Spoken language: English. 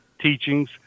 teachings